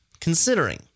considering